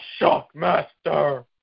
Shockmaster